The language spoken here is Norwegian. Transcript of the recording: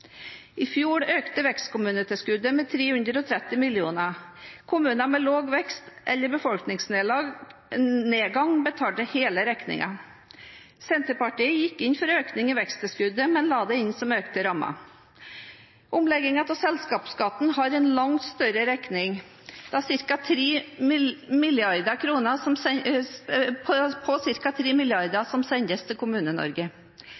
I fjor økte vekstkommunetilskuddet med 330 mill. kr. Kommuner med lav vekst eller befolkningsnedgang betalte hele regningen. Senterpartiet gikk inn for økning i veksttilskuddet, men la det inn som økte rammer. Omleggingen av selskapsskatten har en langt større regning, på ca. 3 mrd. kr, som sendes til